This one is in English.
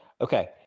okay